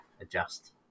adjust